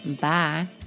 bye